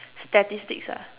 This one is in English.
statistics ah